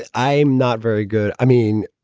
and i'm not very good. i mean,